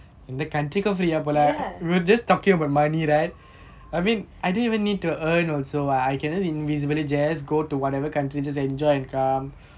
ya